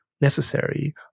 necessary